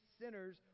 sinners